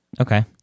Okay